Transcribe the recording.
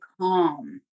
calm